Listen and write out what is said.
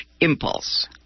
impulse